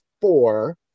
four